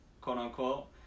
quote-unquote